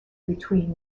between